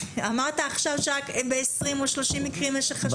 אמרת עכשיו שרק ב-20 או ב-30 מקרים יש לך שוטרים בפנים.